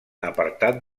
apartat